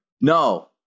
No